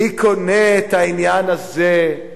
מי קונה את העניין הזה,